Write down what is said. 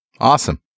Awesome